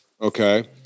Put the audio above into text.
okay